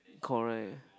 correct